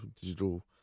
digital